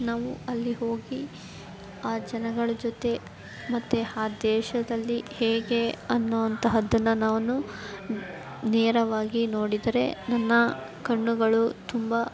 ನಾವು ಅಲ್ಲಿ ಹೋಗಿ ಆ ಜನಗಳು ಜೊತೆ ಮತ್ತೆ ಆ ದೇಶದಲ್ಲಿ ಹೇಗೆ ಅನ್ನುವಂತಹದ್ದನ್ನ ನಾನು ನೇರವಾಗಿ ನೋಡಿದರೆ ನನ್ನ ಕಣ್ಣುಗಳು ತುಂಬ